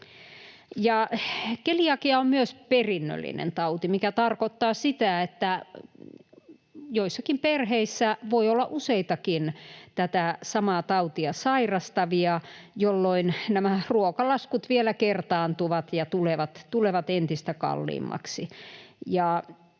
Keliakia on myös perinnöllinen tauti, mikä tarkoittaa sitä, että joissakin perheissä voi olla useitakin tätä samaa tautia sairastavia, jolloin nämä ruokalaskut vielä kertaantuvat ja tulevat entistä kalliimmaksi.